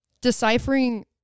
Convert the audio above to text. deciphering